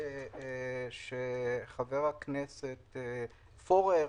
חבר הכנסת פורר